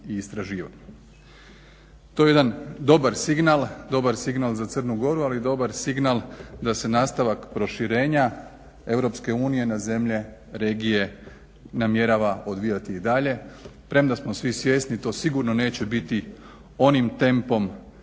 i istraživanju. To je jedan dobar signal, dobar signal za Crnu Goru ali i dobar signal da se nastavak proširenja EU na zemlje regije namjerava odvijati i dalje premda smo svi svjesni to sigurno neće biti onim tempom